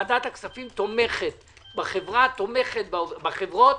ועדת הכספים תומכת בחברה, תומכת בחברות,